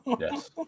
Yes